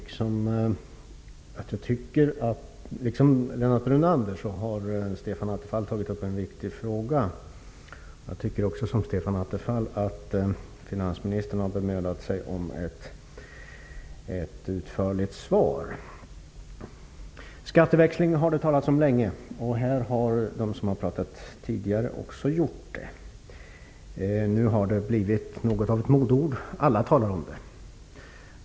Fru talman! Stefan Attefall och Lennart Brunander har tagit upp en viktig fråga. Jag tycker som Stefan Attefall också att finansministern har bemödat sig om ett utförligt svar. Det har nu länge talats om skatteväxling, och även de föregående talarna har tagit upp en sådan. Detta har blivit något av ett modeord, som alla använder.